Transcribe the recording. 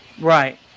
Right